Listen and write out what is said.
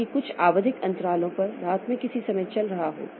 ताकि कुछ आवधिक अंतरालों पर रात में किसी समय चल रहा हो